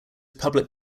public